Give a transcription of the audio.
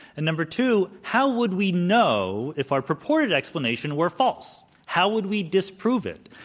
and number two, how would we know if our purported explanation were false? how would we disprove it?